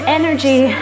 energy